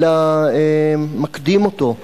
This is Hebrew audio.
אלא מקדים אותו.